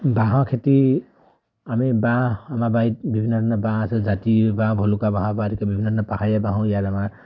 বাঁহৰ খেতি আমি বাঁহ আমাৰ বাৰীত বিভিন্ন ধৰণৰ বাঁহ আছে জাতি বাঁহ ভলুকা বাঁহৰ পৰা আদিকে ধৰি এতিয়া বিভিন্ন ধৰণৰ পাহাৰীয়া বাঁহো ইয়াত আমাৰ